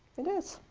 it is.